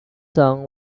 song